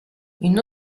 une